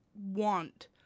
want